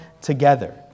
together